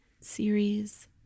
series